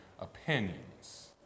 opinions